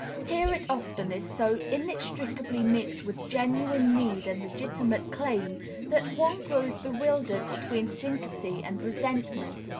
here it often is so inextricably mixed with genuine need and legitimate claim that one grows bewildered between sympathy and resentment.